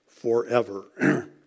forever